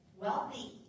wealthy